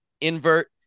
invert